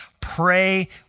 pray